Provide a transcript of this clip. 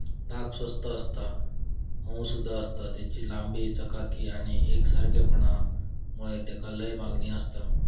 ताग स्वस्त आसता, मऊसुद आसता, तेची लांबी, चकाकी आणि एकसारखेपणा मुळे तेका लय मागणी आसता